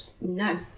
no